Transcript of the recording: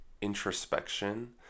introspection